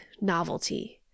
novelty